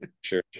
sure